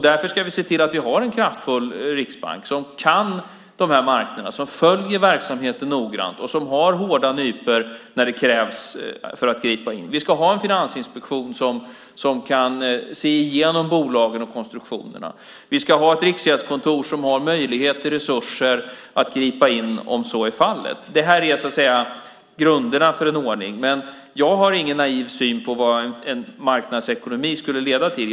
Därför ska vi se till att vi har en kraftfull riksbank som kan marknaderna, som följer verksamheten noggrant och som har hårda nypor när det krävs för att gripa in. Vi ska ha en finansinspektion som kan se igenom bolagen och konstruktionerna. Vi ska ha ett riksgäldskontor som har möjligheter och resurser att gripa in om så är fallet. Det här är grunderna för en ordning, men jag har ingen naiv syn på vad en marknadsekonomi skulle leda till.